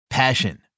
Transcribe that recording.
Passion